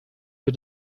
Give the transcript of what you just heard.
wir